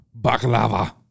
Baklava